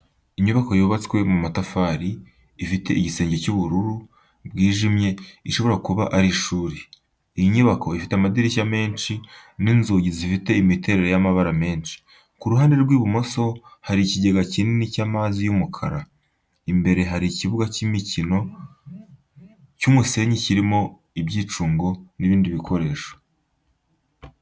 Inyubako yubatswe mu ma tafari, ifite igisenge cy'ubururu bwijimye, ishobora kuba ari ishuri. Iyi nyubako ifite amadirishya menshi n'inzugi zifite imiterere y'amabara menshi. Ku ruhande rw'ibumoso hari ikigega kinini cy'amazi y'umukara. Imbere hari ikibuga cy'imikino cy'umusenyi, kirimo ibyicungo n'ibindi bikoresho.